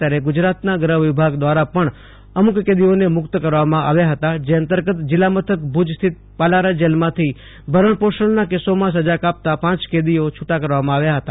ત્યારે ગુજરાતના ગૃહ વિભાગ દ્વારા પણ અમુક કેદીઓને મુક્ત કરવામાં આવ્યા હતા જે અંતર્ગત જિલ્લા મથક ભુજ સ્થિત પાલારા જેલમાંથી ભરણ પોષણના કેસોમાં સજા કાપતા પાંચ કેદીઓને છૂટા કરવામાં આવ્યા હતા